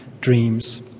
dreams